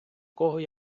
кого